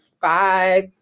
five